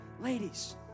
ladies